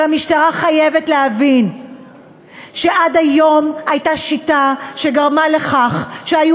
אבל המשטרה חייבת להבין שעד היום הייתה שיטה שגרמה לכך שהיו